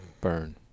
burn